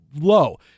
low